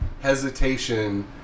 hesitation